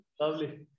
Lovely